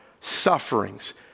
sufferings